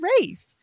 race